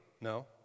no